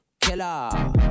Killer